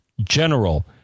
general